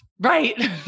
Right